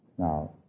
Now